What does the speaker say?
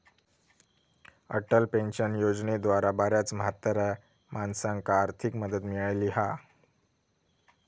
Atal pension योजनेद्वारा बऱ्याच म्हाताऱ्या माणसांका आर्थिक मदत मिळाली हा